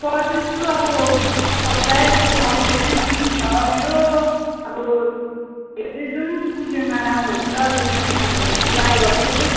पढ्दैछु अब सब प्राय जस्तो सब्जेक्ट नै विक छ मेरो अब हेर्दै जाउँ कुन चाहिँमा राम्रो हुन्छ त्यसमै अब ट्राई गर्छु